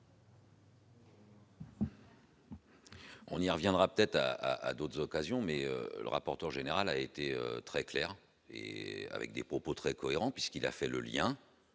On y reviendra peut-être à à doses occasions mais le rapporteur général, a été très clair et avec des propos très cohérent, puisqu'il a fait le lien